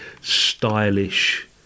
stylish